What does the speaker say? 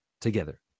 Together